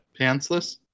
Pantsless